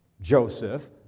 Joseph